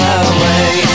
away